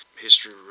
history